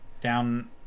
down